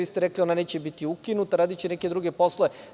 Vi ste rekli da ona neće biti ukinuta, radiće neke druge poslove.